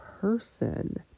person